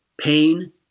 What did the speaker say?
pain